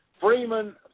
Freeman